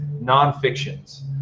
non-fictions